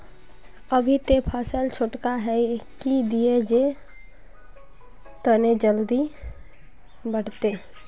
अभी ते फसल छोटका है की दिये जे तने जल्दी बढ़ते?